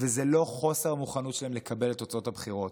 וזה לא חוסר המוכנות שלהם לקבל את תוצאות הבחירות.